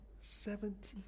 Seventy